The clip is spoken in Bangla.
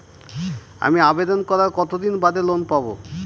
আমি আবেদন করার কতদিন বাদে লোন পাব?